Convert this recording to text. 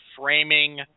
framing